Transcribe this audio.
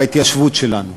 בהתיישבות שלנו.